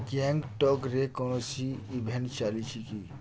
ଗ୍ୟାଙ୍ଗଟକ୍ରେ କୌଣସି ଇଭେଣ୍ଟ୍ ଚାଲିଛି କି